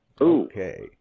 Okay